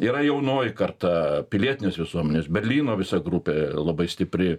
yra jaunoji karta pilietinės visuomenės berlyno visa grupė labai stipri